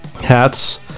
hats